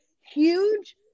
huge